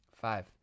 Five